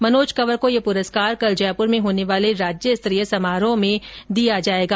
मनोज कंवर को यह पुरस्कार कल जयपुर में होने वाले राज्य स्तरीय समारोह में दिया जाएगा